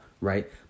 right